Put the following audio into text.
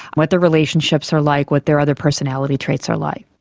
what their relationships are like, what their other personality traits are like.